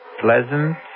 Pleasant